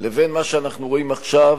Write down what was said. לבין מה שאנחנו רואים עכשיו,